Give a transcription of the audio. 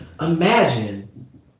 Imagine